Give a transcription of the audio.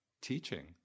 teaching